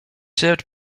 served